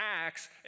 acts